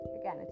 again